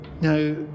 Now